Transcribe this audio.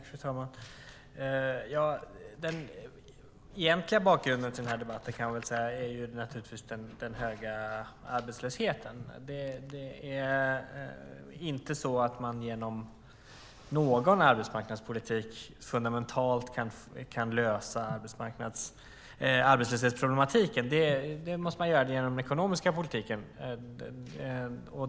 Fru talman! Den egentliga bakgrunden till debatten är den höga arbetslösheten. Man kan inte genom någon arbetsmarknadspolitik fundamentalt lösa arbetslöshetsproblematiken. Det måste man göra genom den ekonomiska politiken.